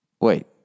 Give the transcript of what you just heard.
Wait